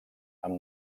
amb